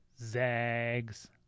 Zags